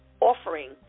offering